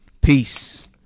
Peace